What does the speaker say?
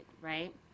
right